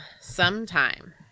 sometime